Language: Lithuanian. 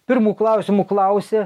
pirmu klausimu klausia